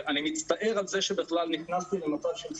אני מצטער על זה שבכלל נכנסו למצב של שיח.